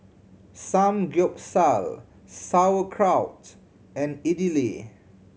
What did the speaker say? Samgyeopsal Sauerkraut and Idili